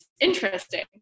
interesting